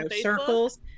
circles